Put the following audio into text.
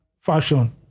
fashion